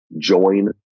join